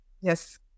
Yes